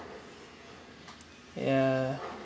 ya